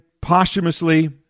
posthumously